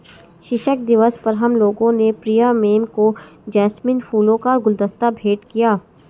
शिक्षक दिवस पर हम लोगों ने प्रिया मैम को जैस्मिन फूलों का गुलदस्ता भेंट किया